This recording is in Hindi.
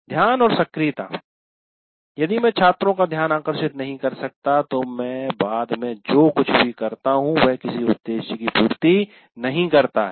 ध्यान और सक्रियता यदि मैं छात्रों का ध्यान आकर्षित नहीं कर सकता तो मैं बाद में जो कुछ भी करता हूं वह किसी उद्देश्य की पूर्ति नहीं करता है